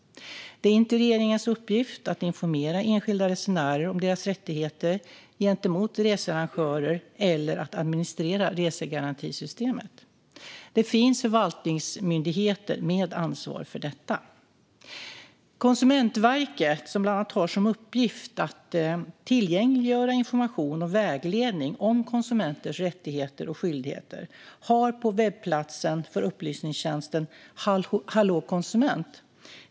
Det är inte regeringens uppgift att informera enskilda resenärer om deras rättigheter gentemot researrangörer eller att administrera resegarantisystemet. Det finns förvaltningsmyndigheter med ansvar för detta. Konsumentverket, som bland annat har som uppgift att tillgängliggöra information och vägledning om konsumenters rättigheter och skyldigheter, har på webbplatsen för upplysningstjänsten Hallå konsument!